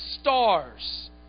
stars